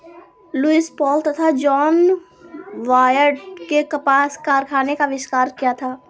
Lewis Paul तथा John Wyatt ने कपास कारखाने का आविष्कार किया था